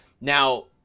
Now